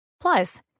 Plus